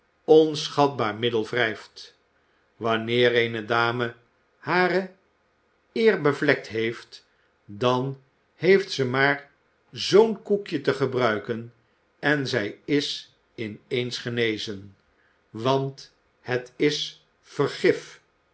onschatbaar middel wrijft wanneer eene dame hare eer bevlekt heeft dan heeft ze maar zoo'n koekje te gebruiken en zij is in eens genezen want het is